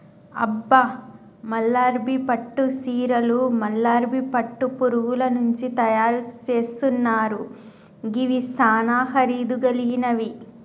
అబ్బ మల్బరీ పట్టు సీరలు మల్బరీ పట్టు పురుగుల నుంచి తయరు సేస్తున్నారు గివి సానా ఖరీదు గలిగినవి